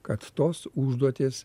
kad tos užduotys